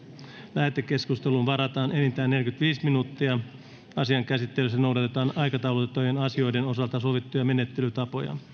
lähetekeskusteluun varataan enintään neljäkymmentäviisi minuuttia asian käsittelyssä noudatetaan aikataulutettujen asioiden osalta sovittuja menettelytapoja